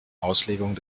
auslegung